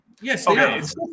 Yes